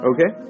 Okay